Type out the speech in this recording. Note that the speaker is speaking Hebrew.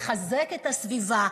לחזק את הסביבה.